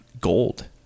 gold